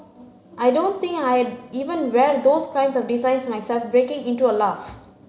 I don't think I'd even wear those kinds of designs myself breaking into a laugh